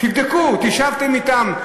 תבדקו, ישבתם אתם?